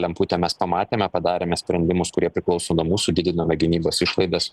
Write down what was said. lemputę mes pamatėme padarėme sprendimus kurie priklauso nuo mūsų didiname gynybos išlaidas